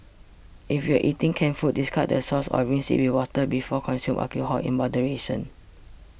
if you are eating canned food discard the sauce or rinse it with water before Consume alcohol in moderation